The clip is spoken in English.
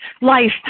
life